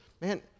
man